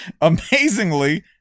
Amazingly